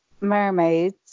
Mermaids